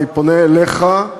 אני פונה אליך,